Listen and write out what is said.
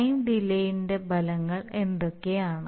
time ഡിലേന്റെ ഫലങ്ങൾ എന്തൊക്കെയാണ്